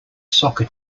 soccer